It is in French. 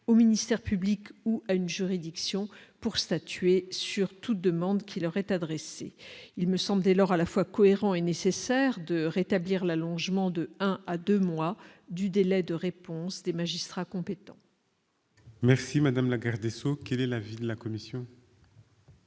au ministère public ou à une juridiction pour statuer sur toute demande qui lui est adressée. Il me semble dès lors à la fois cohérent et nécessaire de rétablir l'allongement d'un à deux mois du délai de réponse des magistrats compétents. Quel est l'avis de la commission ?